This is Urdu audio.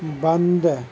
بند